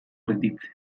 erditze